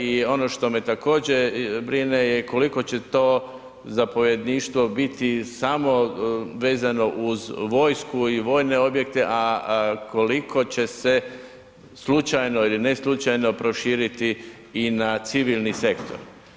I ono što me također brine koliko će to zapovjedništvo biti samo vezano uz vojsku i vojne objekte a koliko će se slučajno ili ne slučajno proširiti i na civilni sektor.